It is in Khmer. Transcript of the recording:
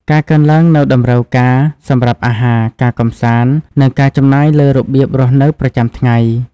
ការកើនឡើងនូវតម្រូវការសម្រាប់អាហារ ការកម្សាន្ត និងការចំណាយលើរបៀបរស់នៅប្រចាំថ្ងៃ។